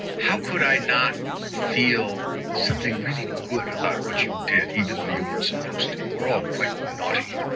how could i not feel something really good about what you did even though you weren't supposed to? you were all quite naughty.